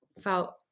felt